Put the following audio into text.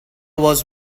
was